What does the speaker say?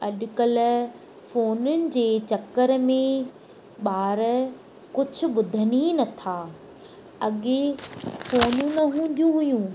अॾुकल्ह फोनुनि जे चकर में ॿार कुझु ॿुधनि ई नथा अॻिए फोनूं न हूंदियूं हुयूं